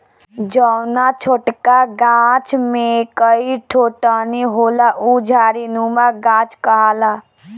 जौना छोटका गाछ में कई ठो टहनी होला उ झाड़ीनुमा गाछ कहाला